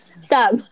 Stop